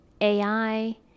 AI